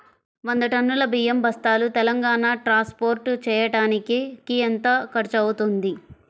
వంద టన్నులు బియ్యం బస్తాలు తెలంగాణ ట్రాస్పోర్ట్ చేయటానికి కి ఎంత ఖర్చు అవుతుంది?